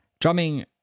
Drumming